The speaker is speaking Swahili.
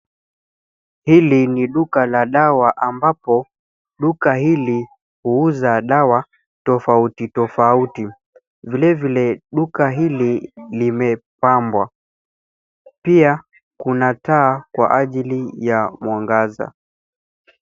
Hili ni duka la dawa ambapo duka hili huuza dawa tofauti tofauti. Vilevile duka hili limepambwa. Pia kuna taa kwa ajili ya mwangaza.